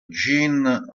jin